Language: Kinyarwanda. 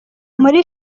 muri